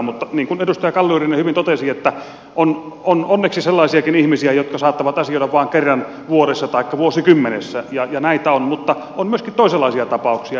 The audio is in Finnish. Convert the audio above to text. mutta niin kuin edustaja kalliorinne hyvin totesi on onneksi sellaisiakin ihmisiä jotka saattavat asioida vain kerran vuodessa taikka vuosikymmenessä näitä on mutta on myöskin toisenlaisia tapauksia